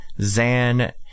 Zan